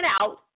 out